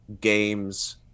games